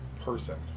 person